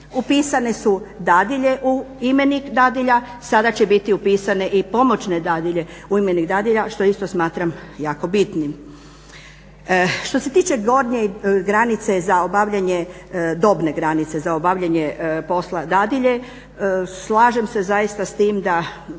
Upisane su dadilje u imenik dadilja. Sada će biti upisane i pomoćne dadilje u imenik dadilja što isto smatram jako bitnim. Što se tiče gornje granice za obavljanje, dobne granice za obavljanje posla dadilje slažem se zaista s tim da